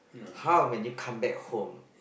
how when you come back home